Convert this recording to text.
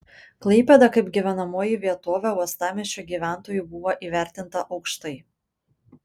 klaipėda kaip gyvenamoji vietovė uostamiesčio gyventojų buvo įvertinta aukštai